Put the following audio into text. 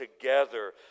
together